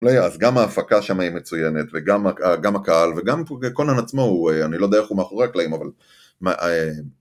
אז גם ההפקה שם היא מצוינת, וגם הקהל, וגם קונן עצמו, אני לא יודע איך הוא מאחורי הקלעים, אבל...